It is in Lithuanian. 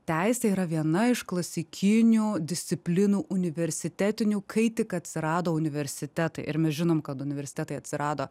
teisė yra viena iš klasikinių disciplinų universitetinių kai tik atsirado universitetai ir mes žinom kad universitetai atsirado